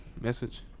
message